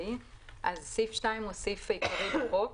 סעיף 2 הוא סעיף עיקרי בחוק.